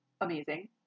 Amazing